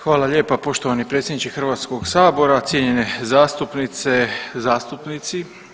Hvala lijepa poštovani predsjedniče HS, cijenjene zastupnice i zastupnici.